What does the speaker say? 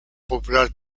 popular